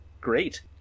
great